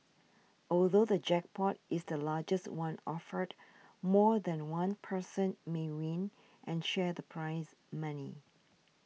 although the jackpot is the largest one offered more than one person may win and share the prize money